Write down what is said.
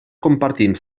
compartint